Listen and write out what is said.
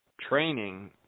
training